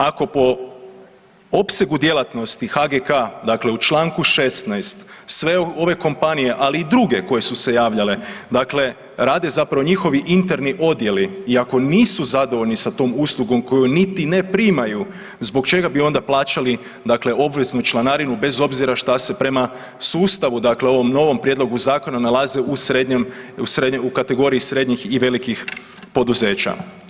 Ako po opsegu djelatnosti HGK-a dakle u članku 16. sve ove kompanije, ali i druge koje su se javljale dakle rade zapravo njihovi interni odjeli i ako nisu zadovoljni sa tom uslugom koju niti ne primaju, zbog čega bi onda plaćali dakle obveznu članarinu bez obzira što se prema sustavu dakle ovom novom Prijedlogu zakona nalaze u srednjem, u kategoriji srednjih i velikih poduzeća?